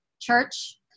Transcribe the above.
church